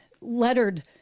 lettered